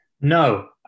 No